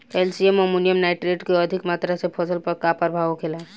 Calcium ammonium nitrate के अधिक मात्रा से फसल पर का प्रभाव होखेला?